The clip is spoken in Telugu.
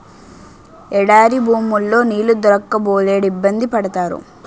ఎడారి భూముల్లో నీళ్లు దొరక్క బోలెడిబ్బంది పడతారు